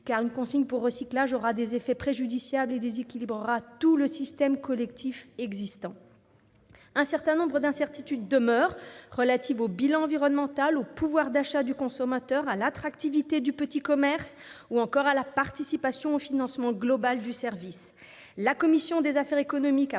une consigne pour recyclage aura des effets préjudiciables et déséquilibrera tout le système collectif existant. Un certain nombre d'incertitudes demeurent, relatives au bilan environnemental, au pouvoir d'achat du consommateur, à l'attractivité du petit commerce ou encore à la participation au financement global du service